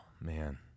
man